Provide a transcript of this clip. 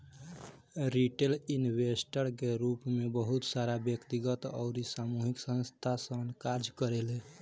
retail investor के रूप में बहुत सारा व्यक्तिगत अउरी सामूहिक संस्थासन कार्य करेले